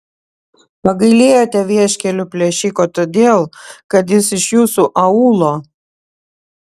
pagailėjote vieškelių plėšiko todėl kad jis iš jūsų aūlo